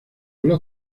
los